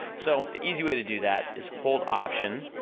so, the easy way to do that, is hold option,